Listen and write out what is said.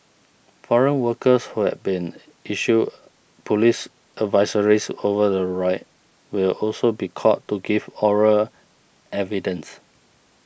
foreign workers who had been issued police advisories over the riot will also be called to give oral evidence